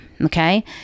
Okay